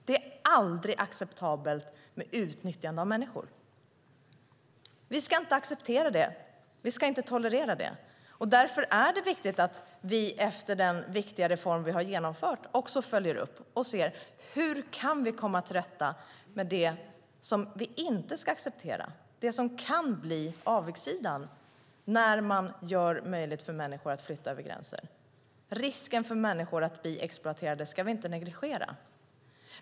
Det är aldrig acceptabelt att utnyttja människor. Vi ska inte acceptera det. Vi ska inte tolerera det. Därför är det viktigt att vi efter den viktiga reform som vi har genomfört också följer upp och ser hur vi kan komma till rätta med det som vi inte ska acceptera, det som kan bli avigsidan när man gör det möjligt för människor att flytta över gränser. Risken för människor att bli exploaterade ska vi inte negligera.